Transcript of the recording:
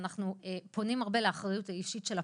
שאנחנו פונים הרבה לאחריות האישית של הפרט,